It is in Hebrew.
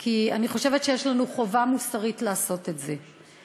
כי אני חושבת שיש לנו חובה מוסרית לעשות את זה.